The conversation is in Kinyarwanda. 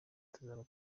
tuzaba